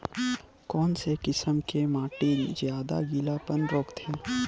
कोन से किसम के माटी ज्यादा गीलापन रोकथे?